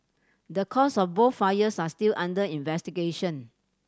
the causes of both fires are still under investigation